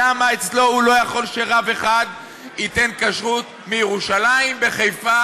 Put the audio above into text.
למה אצלו לא יכול להיות שרב אחד ייתן כשרות מירושלים בחיפה,